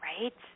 right